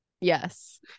Yes